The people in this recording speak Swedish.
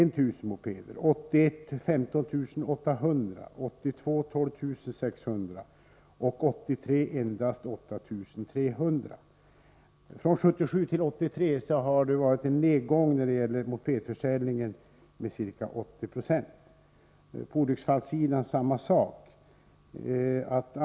1981 såldes 15 800 mopeder. För 1982 var siffran 12 600 och för 1983 endast 8 300. Från 1977 och till år 1983 har det varit en nedgång när det gäller mopedförsäljningen med ca 80 96. På olycksfallssidan har man noterat en motsvarande nedgång.